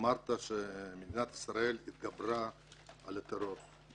אמרת שמדינת ישראל התגברה על הטרור.